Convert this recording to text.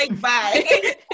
bye